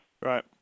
Right